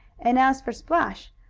and as for splash,